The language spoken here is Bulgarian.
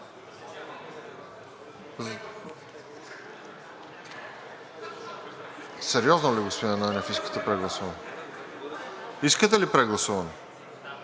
Сериозно ли, господин Ананиев, искате прегласуване? Искате ли прегласуване,